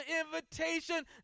invitation